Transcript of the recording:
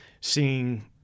seeing